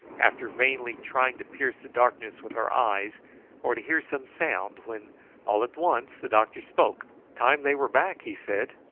after vainly trying to pierce the darkness with our eyes or to hear some sound, when all at once the doctor spoke time they were back, he said.